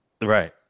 Right